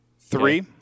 Three